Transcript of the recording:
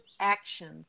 actions